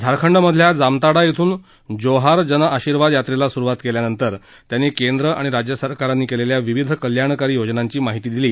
झारखंडमधल्या जामताडा ब्रून जोहार जनआशीर्वाद यात्रेला सुरुवात केल्यानंतर त्यांनी केंद्र आणि राज्यसरकारांनी केलेल्या विविध कल्याणकारी योजनांची माहिती दिली